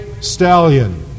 stallion